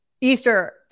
Easter